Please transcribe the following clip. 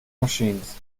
machines